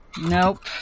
Nope